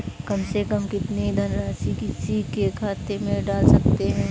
कम से कम कितनी धनराशि किसी के खाते में डाल सकते हैं?